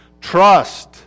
Trust